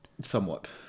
Somewhat